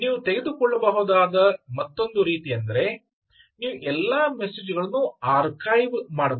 ನೀವು ತೆಗೆದುಕೊಳ್ಳಬಹುದಾದ ಮತ್ತೊಂದು ರೀತಿಯೆಂದರೆ ನೀವು ಎಲ್ಲಾ ಮೆಸೇಜ್ ಗಳನ್ನೂ ಆರ್ಕೈವ್ ಮಾಡಬಹುದು